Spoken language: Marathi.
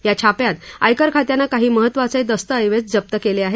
या छाप्यात आयकर खात्यानं काही महत्त्वाचे दस्तऐवज जप्त केले आहेत